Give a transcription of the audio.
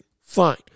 Fine